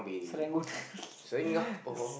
Serangoon